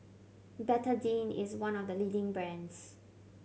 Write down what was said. Betadine is one of the leading brands